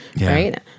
right